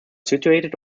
situated